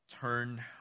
turn